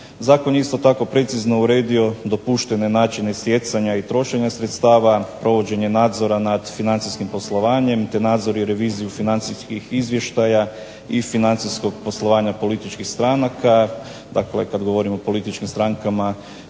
Zakon je isto tako precizno uredio dopuštene načine stjecanja i trošenja sredstava, provođenje nadzora nad financijskim poslovanjem, te nadzor i reviziju financijskih izvještaja i financijskog poslovanja političkih stranaka, dakle kad govorimo o političkim strankama